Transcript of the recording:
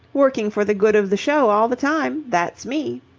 working for the good of the show all the time. that's me.